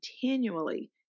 continually